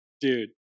dude